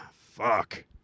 fuck